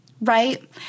right